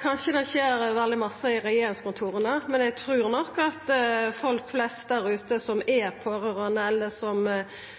Kanskje det skjer veldig mykje i regjeringskontora, men eg trur nok at folk flest der ute som er pårørande, eller som